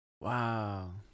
Wow